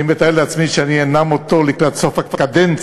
אני מתאר לעצמי שאני אנאם אותו לקראת סוף הקדנציה,